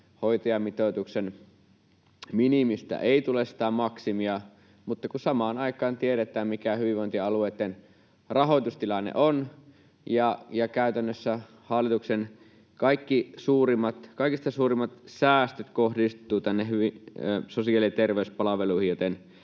hoitajamitoituksen minimistä ei tule sitä maksimia, mutta kun samaan aikaan tiedetään, mikä hyvinvointialueitten rahoitustilanne on, ja käytännössä hallituksen kaikista suurimmat säästöt kohdistuvat tänne sosiaali- ja terveyspalveluihin,